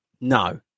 No